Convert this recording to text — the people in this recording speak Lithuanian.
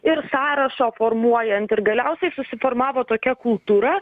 ir sąrašą formuojant ir galiausiai susiformavo tokia kultūra